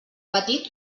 petit